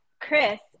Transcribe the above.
Chris